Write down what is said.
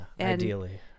ideally